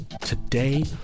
Today